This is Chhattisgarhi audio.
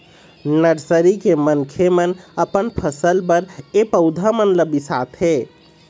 नरसरी के मनखे मन अपन फसल बर ए पउधा मन ल बिसाथे